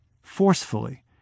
Forcefully